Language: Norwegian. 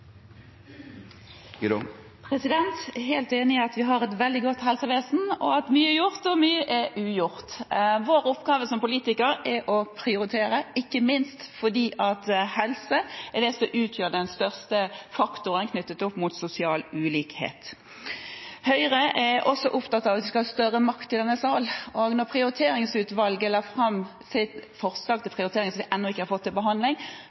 helt enig i at vi har et veldig godt helsevesen, at mye er gjort og mye er ugjort. Vår oppgave som politikere er å prioritere, ikke minst fordi helse er det som utgjør den viktigste faktoren knyttet til sosial ulikhet. Høyre er også opptatt av at vi skal ha større makt i denne sal. Da Prioriteringsutvalget la fram sitt forslag til prioritering, som vi enda ikke har fått til behandling,